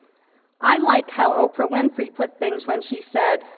i like how oprah winfrey put things when she said,